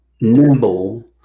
Nimble